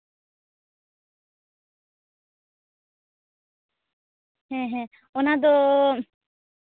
ᱦᱮᱸ ᱦᱮᱸ ᱚᱱᱟ ᱫᱚ